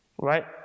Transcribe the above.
right